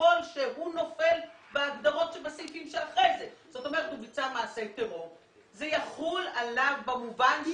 כיצד לחייב משפחה על מעשים